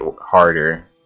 harder